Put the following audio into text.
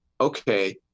okay